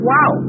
Wow